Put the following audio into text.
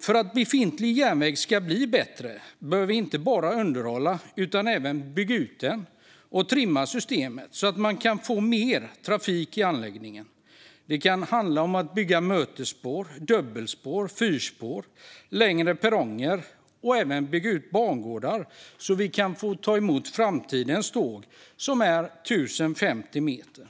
För att befintlig järnväg ska bli bättre bör vi inte bara underhålla utan också bygga ut och trimma systemet så att vi kan få mer trafik i anläggningen. Det kan handla om att bygga mötesspår, dubbelspår eller fyra spår eller om längre perronger och att bygga ut bangårdar så att vi kan ta emot framtidens tåg. De är 1 050 meter långa,